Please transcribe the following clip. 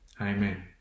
amen